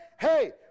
hey